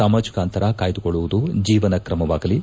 ಸಾಮಾಜಿಕ ಅಂತರ ಕಾಯ್ದುಕೊಳ್ಳುವುದು ಜೀವನ ಕ್ರಮವಾಗಲಿ